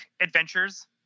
adventures